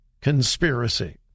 conspiracy